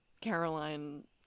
Caroline